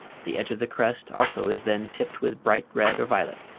the edge of the crest also is then tipped with bright red or violet.